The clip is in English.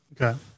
Okay